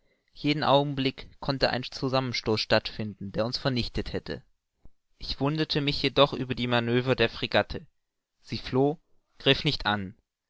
jeden augenblick konnte ein zusammenstoß stattfinden der uns vernichtet hätte ich wunderte mich jedoch über die manoeuvres der fregatte sie floh griff nicht an